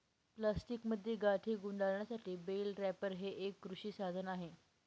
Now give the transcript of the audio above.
प्लास्टिकमध्ये गाठी गुंडाळण्यासाठी बेल रॅपर हे एक कृषी साधन आहे